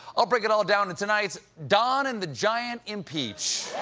i'll break it all down in tonight's don and the giant impeach.